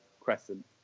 Crescent